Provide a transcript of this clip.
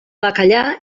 bacallà